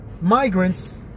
migrants